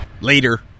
Later